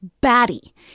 Batty